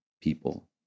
people